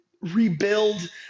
rebuild